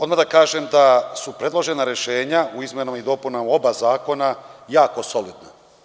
Odmah da kažem da su predložena rešenja u izmenama i dopunama oba zakona jako solidna.